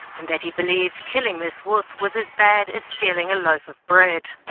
and that he believed killing ms wuth was as bad as stealing a loaf of bread.